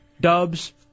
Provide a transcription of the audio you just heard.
Dubs